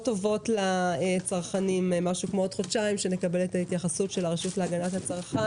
טובות לצרכנים בעוד כחודשיים כשנקבל את ההתייחסות של הרשות להגנת הצרכן.